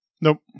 Nope